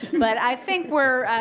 but i think we're,